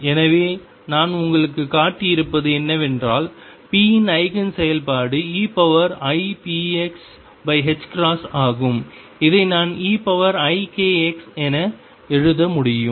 எனவே நான் உங்களுக்குக் காட்டியிருப்பது என்னவென்றால் p இன் ஐகேன் செயல்பாடு eipxஆகும் அதை நான் eikx என எழுத முடியும்